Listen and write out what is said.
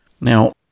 Now